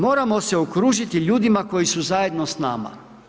Moramo se okružiti ljudima koji su zajedno s nama.